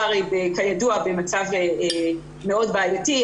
נמצא הרי, כידוע, במצב מאוד בעייתי.